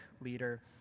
leader